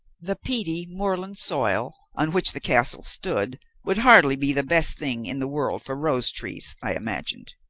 the peaty moorland soil on which the castle stood would hardly be the best thing in the world for rose-trees, i imagined,